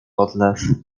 odlew